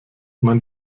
man